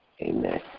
Amen